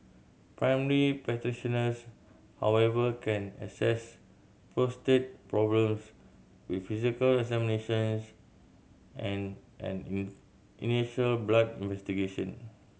primary practitioners however can assess prostate problems with physical examinations and an in initial blood investigation